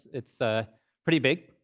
it's ah pretty big.